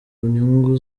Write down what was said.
inyungu